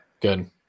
good